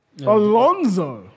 Alonso